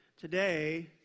Today